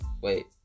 Wait